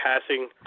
passing